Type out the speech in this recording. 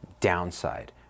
downside